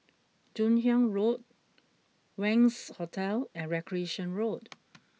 Joon Hiang Road Wangz Hotel and Recreation Road